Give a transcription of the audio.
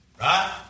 Right